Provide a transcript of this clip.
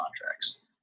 contracts